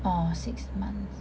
orh six months